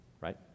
right